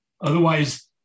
otherwise